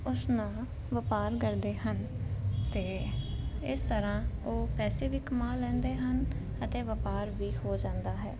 ਉਸ ਨਾਲ ਵਪਾਰ ਕਰਦੇ ਹਨ ਅਤੇ ਇਸ ਤਰ੍ਹਾਂ ਉਹ ਪੈਸੇ ਵੀ ਕਮਾ ਲੈਂਦੇ ਹਨ ਅਤੇ ਵਪਾਰ ਵੀ ਹੋ ਜਾਂਦਾ ਹੈ